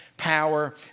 power